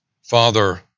Father